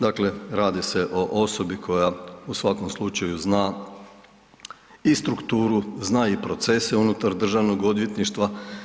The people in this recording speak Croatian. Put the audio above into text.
Dakle, radi se o osobi koja u svakom slučaju zna i strukturu, zna i procese unutar državnog odvjetništva.